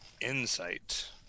insight